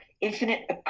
Infinite